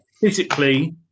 physically